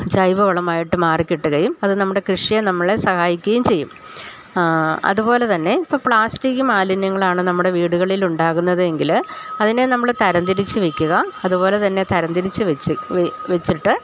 ജൈവവളമായിട്ട് മാറിക്കിട്ടുകയും അത് നമ്മുടെ കൃഷിയെ നമ്മളെ സഹായിക്കുകയും ചെയ്യും അതുപോലെ തന്നെ ഇപ്പോൾ പ്ലാസ്റ്റിക്ക് മാലിന്യങ്ങളാണ് നമ്മുടെ വീടുകളിലുണ്ടാകുന്നത് എങ്കില് അതിനെ നമ്മള് തരം തിരിച്ച് വെക്കുക അതുപോലെ തന്നെ തരം തിരിച്ച് വെച്ച് വെച്ചിട്ട്